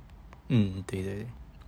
mm 对